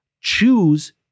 choose